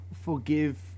forgive